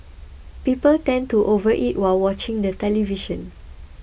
people tend to overeat while watching the television